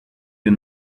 you